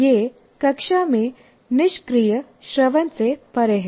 यह कक्षा में निष्क्रिय श्रवण से परे है